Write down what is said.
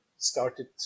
started